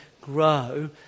grow